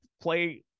play